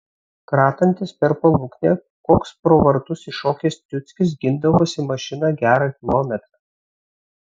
kratantis per paluknę koks pro vartus iššokęs ciuckis gindavosi mašiną gerą kilometrą